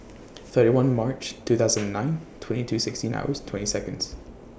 thirty one March two thousand and nine twenty two sixteen hours twenty Seconds